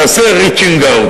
תעשה reaching out.